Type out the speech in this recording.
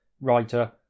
writer